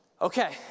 Okay